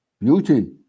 beauty